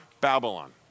Babylon